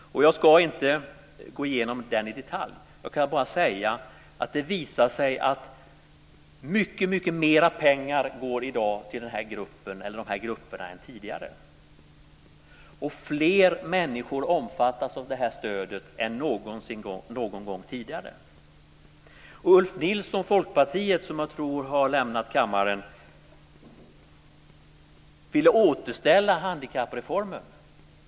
Jag ska inte gå igenom detta i detalj. Jag kan bara säga att det visade sig att mycket mer pengar går till de här grupperna i dag än tidigare. Fler människor omfattas av stödet än någonsin tidigare. Ulf Nilsson från Folkpartiet, som jag tror har lämnat kammaren, ville återställa handikappreformen.